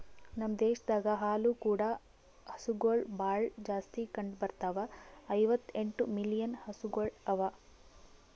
ನಮ್ ದೇಶದಾಗ್ ಹಾಲು ಕೂಡ ಹಸುಗೊಳ್ ಭಾಳ್ ಜಾಸ್ತಿ ಕಂಡ ಬರ್ತಾವ, ಐವತ್ತ ಎಂಟು ಮಿಲಿಯನ್ ಹಸುಗೊಳ್ ಅವಾ